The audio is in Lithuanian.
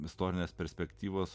istorinės perspektyvos